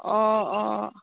অঁ অঁ